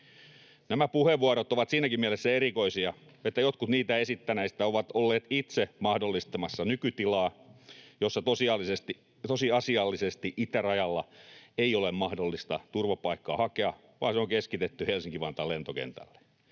Nämä puheenvuorot ovat siinäkin mielessä erikoisia, että jotkut niitä esittäneistä ovat olleet itse mahdollistamassa nykytilaa, jossa tosiasiallisesti itärajalla ei ole mahdollista turvapaikkaa hakea vaan se on keskitetty Helsinki-Vantaan lentokentälle.